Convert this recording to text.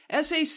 SAC